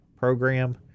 program